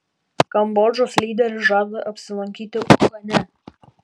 kambodžos lyderis žada apsilankyti uhane